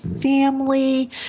family